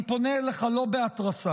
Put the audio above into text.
אני פונה אליך לא בהתרסה